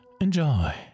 Enjoy